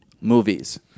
movies